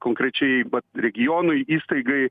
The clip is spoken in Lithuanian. konkrečiai regionui įstaigai